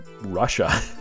Russia